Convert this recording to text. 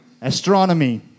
Astronomy